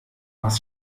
was